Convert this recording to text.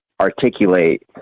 articulate